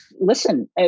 Listen